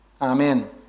Amen